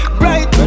bright